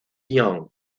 young